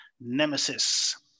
nemesis